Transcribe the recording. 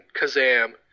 Kazam